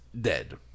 dead